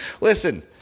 Listen